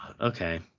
Okay